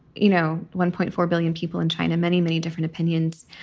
you know, one point four billion people in china, many, many different opinions.